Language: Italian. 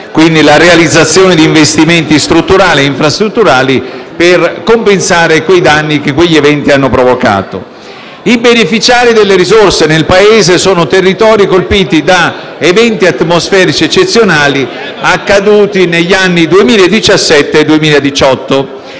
quindi la realizzazione di investimenti strutturali e infrastrutturali per compensare i danni che quegli eventi hanno provocato. I beneficiari delle risorse nel Paese sono i territori colpiti da eventi atmosferici eccezionali accaduti negli anni 2017 e 2018.